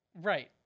Right